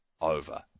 over